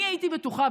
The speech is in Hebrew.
אני הייתי בטוחה,